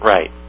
Right